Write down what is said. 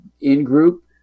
in-group